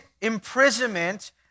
imprisonment